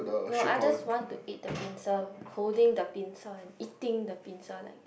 no I just want to eat the pincer holding the pincer eating the pincer like